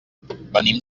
venim